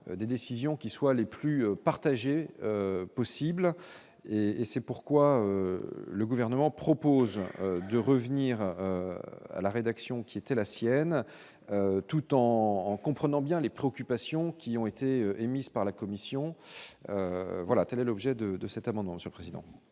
des décisions qui soient les plus partagés possible et c'est pourquoi le gouvernement propose de revenir. à la rédaction, qui était la sienne, tout en en comprenant bien les préoccupations qui ont été émises par la commission voilà, telle est l'objet de de cet amendement de son président.